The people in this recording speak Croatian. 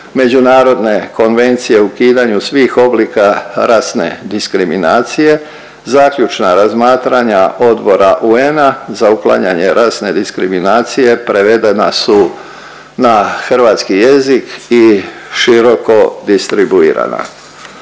međunarodne konvencije o ukidanju svih oblika rasne diskriminacije, Odbora UN-a za uklanjanje rasne diskriminacije prevedena su na hrvatski jezik i široko distribuirana.